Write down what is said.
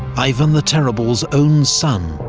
ivan the terrible's own son,